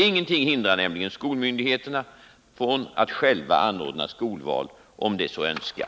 Ingenting hindrar nämligen skolmyndigheterna från att själva anordna skolval om de så önskar.